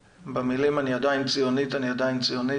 במילים: אני עדיין ציונית, אני עדיין ציונית.